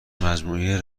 مجموعه